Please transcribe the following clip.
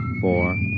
four